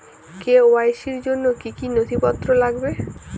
KYC র জন্য কি কি নথিপত্র লাগবে?